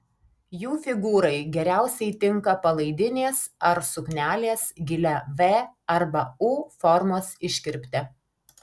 jų figūrai geriausiai tinka palaidinės ar suknelės gilia v arba u formos iškirpte